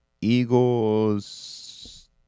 Eagles